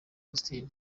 austin